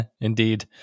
Indeed